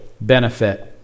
benefit